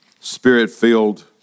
spirit-filled